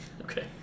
Okay